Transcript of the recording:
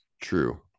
true